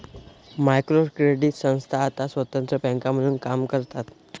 micro credit संस्था आता स्वतंत्र बँका म्हणून काम करतात